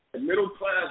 middle-class